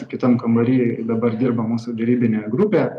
kitam kambary dabar dirba mūsų derybinė grupė